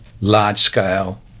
large-scale